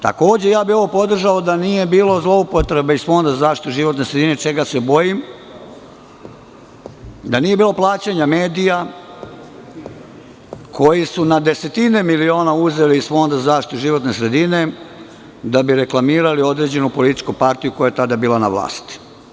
Podržao bih ovo da nije bilo zloupotrebe iz Fonda za zaštitu životne sredine, čega se bojim, da nije bilo plaćanja medija koji su na desetine miliona uzeli iz Fonda za zaštitu životne sredine da bi reklamirali određenu političku partiju koja je tada bila na vlasti.